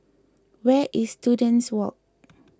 where is Students Walk